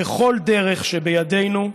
בכל דרך שבידינו.